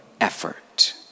effort